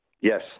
Yes